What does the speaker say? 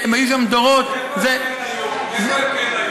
שהם היו שם דורות, ואיפה הם כן היו?